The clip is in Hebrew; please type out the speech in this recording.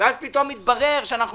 ואז פתאום מתברר שאנחנו